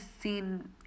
seen